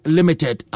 Limited